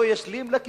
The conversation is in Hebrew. לא ישלים עם הכיבוש,